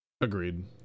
Agreed